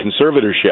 conservatorship